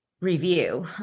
review